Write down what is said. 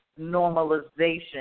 normalization